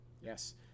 Yes